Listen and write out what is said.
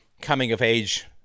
coming-of-age